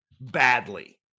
Badly